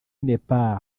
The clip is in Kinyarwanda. nepal